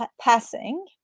passing